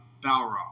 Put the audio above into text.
Balrog